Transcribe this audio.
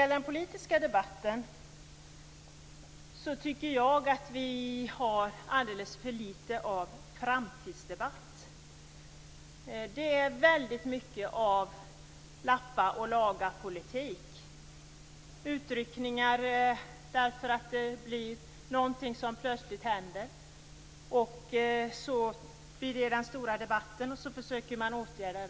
I den politiska debatten tycker jag att det finns alldeles för lite av framtidsdebatt. Det är väldigt mycket av lappa-och-laga-politik. Det sker utryckningar därför att det plötsligt händer någonting. Det blir stor debatt och förhållandet åtgärdas.